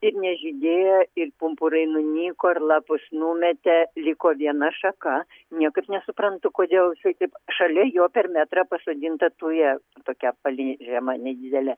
ir nežydėjo ir pumpurai nunyko ir lapus numetė liko viena šaka niekaip nesuprantu kodėl čia taip šiaip šalia jo per metrą pasodinta tuja tokia palei žema nedidelė